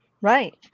Right